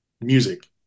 music